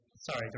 sorry